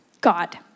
God